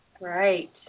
Right